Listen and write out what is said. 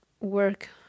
work